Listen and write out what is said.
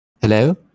Hello